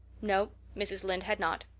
no, mrs. lynde had not.